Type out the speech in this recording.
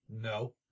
No